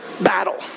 battle